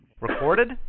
Recorded